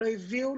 לא הביאו.